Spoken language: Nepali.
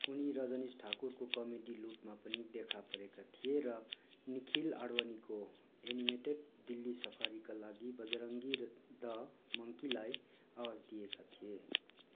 उनी रजनीश ठाकुरको कमेडी लूटमा पनि देखापरेका थिए र निखिल आडवाणीको एनिमेटेड दिल्ली सफारीका लागि बजरंगी द मंकीलाई आवाज दिएका थिए